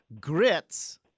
Grits